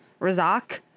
Razak